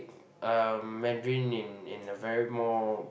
um Mandarin in in a very more